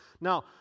Now